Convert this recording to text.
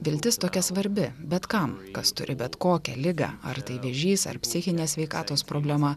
viltis tokia svarbi bet kam kas turi bet kokią ligą ar tai vėžys ar psichinės sveikatos problema